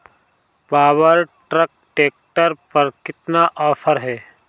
Power track tractor पर कितना offer है?